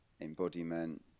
embodiment